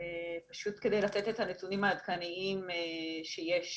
כדי לתת את הנתונים העדכניים שיש